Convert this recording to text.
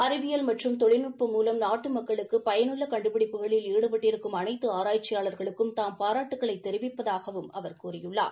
அறிவியல் மற்றும் தொழில்நுட்பம் மூலம் நாட்டு மக்களுக்கு பயனுள்ள கண்டுபிடிப்புகளில் ஈடுபட்டிருக்கும் அனைத்து அராய்ச்சியாளர்களுக்கும் தாம் பாராட்டுக்களை தெரிவிப்பதாகவும் அவர் கூறியுள்ளார்